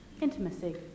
intimacy